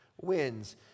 wins